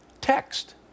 text